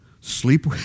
sleep